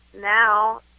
now